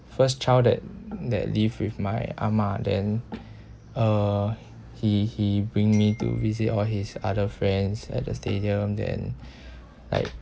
first child that that live with my ah ma then uh he he bring me to visit all his other friends at the stadium then like